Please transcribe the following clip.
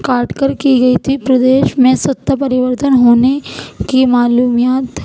کاٹ کر کی گئی تھی پردیش میں ستا پرویورتن ہونے کی معلومات